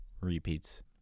repeats